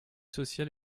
social